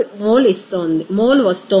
66 mole వస్తోంది